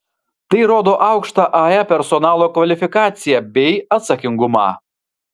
tai rodo aukštą ae personalo kvalifikaciją bei atsakingumą